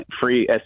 free